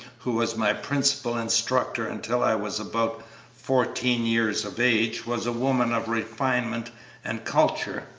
who was my principal instructor until i was about fourteen years of age, was a woman of refinement and culture.